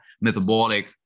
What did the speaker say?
metabolic